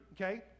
Okay